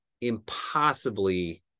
impossibly